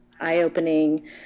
eye-opening